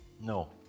No